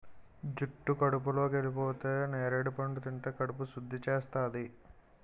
జుట్టు కడుపులోకెళిపోతే నేరడి పండు తింటే కడుపు సుద్ధి చేస్తాది